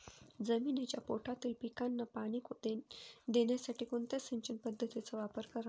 जमिनीच्या पोटातील पिकांना पाणी देण्यासाठी कोणत्या सिंचन पद्धतीचा वापर करावा?